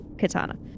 katana